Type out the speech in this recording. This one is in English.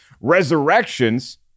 Resurrections